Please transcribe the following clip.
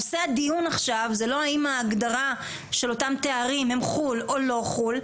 נושא הדיון עכשיו הוא לא אם ההגדרה של אותם תארים זה חו"ל או לא חו"ל.